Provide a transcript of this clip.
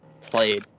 played